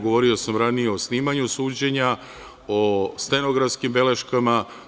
Govorio sam ranije o snimanju suđenja, o stenografskim beleškama.